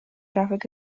traffic